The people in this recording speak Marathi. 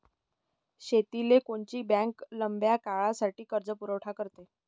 शेतीले कोनची बँक लंब्या काळासाठी कर्जपुरवठा करते?